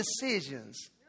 decisions